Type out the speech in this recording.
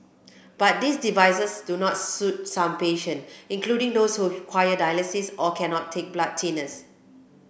but these devices do not suit some patients including those who require dialysis or cannot take blood thinners